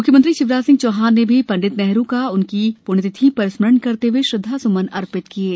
म्ख्यमंत्री शिवराज सिंह चौहान ने भी पंडित नेहरु का उनकी पृण्यतिथि पर स्मरण करते हुए उनके प्रति श्रद्वास्मन अर्पित किए हैं